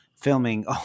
filming